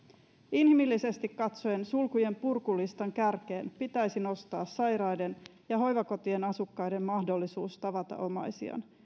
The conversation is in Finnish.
inhimillisesti katsoen sulkujen purkulistan kärkeen pitäisi nostaa sairaiden ja hoivakotien asukkaiden mahdollisuus tavata omaisiaan